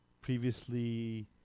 previously